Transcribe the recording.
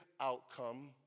outcome